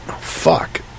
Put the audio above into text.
fuck